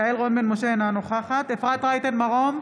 משה, אינה נוכחת אפרת רייטן מרום,